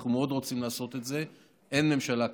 אנחנו רוצים מאוד לעשות את זה, אין ממשלה כרגע.